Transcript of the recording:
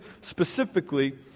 specifically